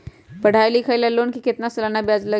पढाई लिखाई ला लोन के कितना सालाना ब्याज लगी?